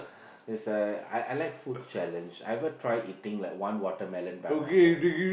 it's a I I like food challenge I ever try eating like one watermelon by myself